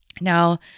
Now